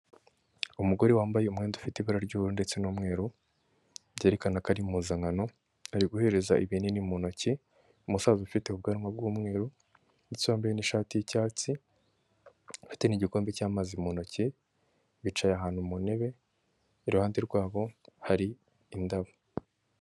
Umugore wambaye umwenda ufite ibara ry'ubururu ndetse n'umweru byerekana ko ari impuzankano, ari guhereza ibinini mu ntoki umusaza ufite ubwanwa bw'umweru ndetse wambaye n'ishati y'icyatsi, afite n'igikombe cy'amazi mu ntoki, bicaye ahantu mu ntebe iruhande rwabo hari indabo.